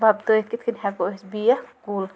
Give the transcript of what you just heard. وۄپدٲیِتھ کِتھ کٔنۍ ہٮ۪کو أسۍ بیکھ کُل